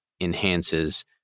enhances